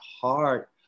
heart